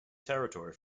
territory